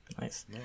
nice